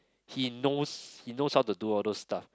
he knows he knows how to do all those stuff